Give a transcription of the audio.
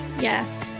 Yes